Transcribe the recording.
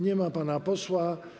Nie ma pana posła.